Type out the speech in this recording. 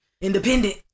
Independent